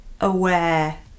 aware